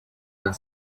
were